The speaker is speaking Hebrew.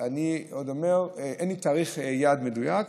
אני אומר שאין לי תאריך יעד מדויק,